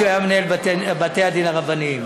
כשהוא היה מנהל בתי-הדין הרבניים,